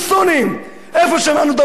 איפה שמענו על דבר כזה בעולם?